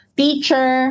teacher